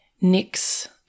Nix